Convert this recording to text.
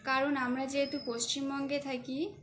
কারণ আমরা যেহেতু পশ্চিমবঙ্গে থাকি